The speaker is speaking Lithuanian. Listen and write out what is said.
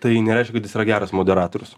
tai nereiškia kad jis yra geras moderatorius